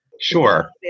Sure